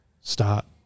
start